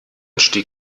stieg